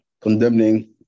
condemning